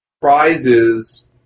prizes